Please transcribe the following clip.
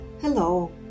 Hello